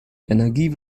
energie